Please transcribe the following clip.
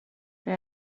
det